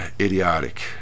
idiotic